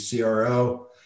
CRO